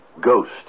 ghost